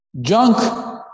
junk